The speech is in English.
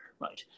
right